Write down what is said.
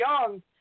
young